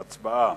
הצבעה.